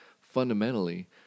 fundamentally